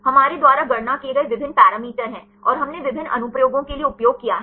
हमारे द्वारा गणना किए गए विभिन्न पैरामीटर हैं और हमने विभिन्न अनुप्रयोगों के लिए उपयोग किया है